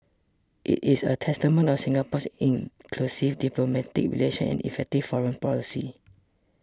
it is a testament of Singapore's inclusive diplomatic relations and effective foreign policy